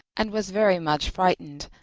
and was very much frightened,